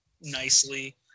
nicely